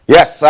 Yes